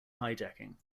hijacking